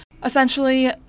Essentially